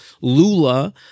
Lula